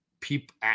people